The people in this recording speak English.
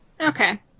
Okay